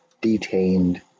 detained